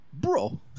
bro